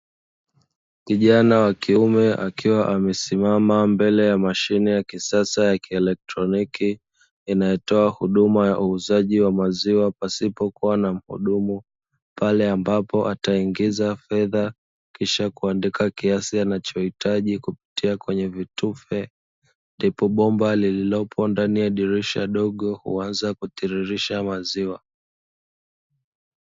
Kijana wa kiume akiwa amesimama mbele ya mashine ya kisasa ya kielektroniki inayotoa huduma ya uuzaji wa maziwa pasipo kuwa na mhudumu, pale ambapo ataingiza fedha kisha kuandika kiasi anachohitaji kupitia kwenye vitufe ndipo bomba lililopo ndani ya dirisha dogo huanza kutiririsha maziwa.